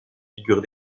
figures